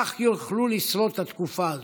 כך יוכלו לשרוד את התקופה הזאת.